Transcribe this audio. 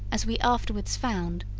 as we afterwards found,